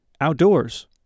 outdoors